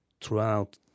throughout